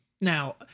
now